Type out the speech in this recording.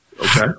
Okay